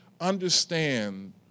understand